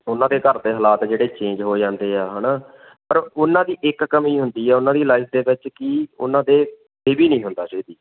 ਉਹਨਾਂ ਦੇ ਘਰ ਦੇ ਹਾਲਾਤ ਜਿਹੜੇ ਚੇਂਜ ਹੋ ਜਾਂਦੇ ਆ ਹੈ ਨਾ ਪਰ ਉਹਨਾਂ ਦੀ ਇੱਕ ਕਮੀ ਹੁੰਦੀ ਆ ਉਹਨਾਂ ਦੀ ਲਾਈਫ ਦੇ ਵਿੱਚ ਕਿ ਉਹਨਾਂ ਦੇ ਬੇਬੀ ਨਹੀਂ ਹੁੰਦਾ ਛੇਤੀ